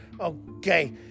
okay